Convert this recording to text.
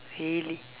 really